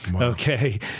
Okay